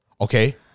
okay